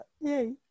yay